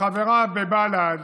וחבריו בבל"ד,